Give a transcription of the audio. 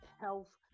health